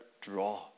draw